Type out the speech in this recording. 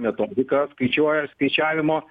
metodika skaičiuoja skaičiavimo